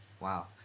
wow